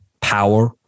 power